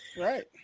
Right